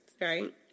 right